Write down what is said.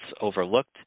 overlooked